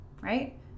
right